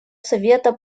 совета